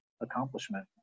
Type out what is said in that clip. accomplishment